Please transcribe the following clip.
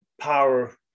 power